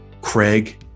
Craig